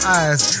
eyes